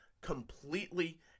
completely